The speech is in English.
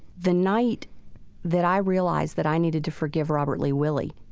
the night that i realized that i needed to forgive robert lee willie,